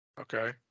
okay